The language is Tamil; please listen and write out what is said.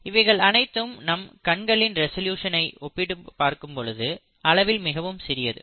இவைகள் அனைத்தும் நம் கண்களில் ரெசல்யூசனை ஒப்பிடும்போது அளவில் மிகவும் சிறியது